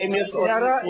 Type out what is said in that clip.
האם יש עוד מישהו מהיושבים,